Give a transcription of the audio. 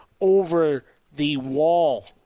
over-the-wall